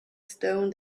stone